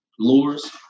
lures